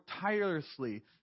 tirelessly